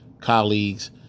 colleagues